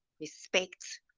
respect